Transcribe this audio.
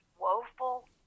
woeful